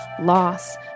loss